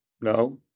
No